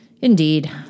Indeed